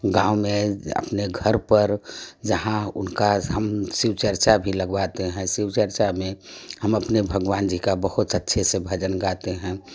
गाँव में अपने घर पर जहाँ उनका हम शिवचर्चा भी लगवाते हैं शिवचर्चा में हम अपने भगवान जी का बहुत अच्छे से भजन गाते हैं